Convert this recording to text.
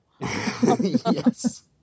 Yes